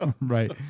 Right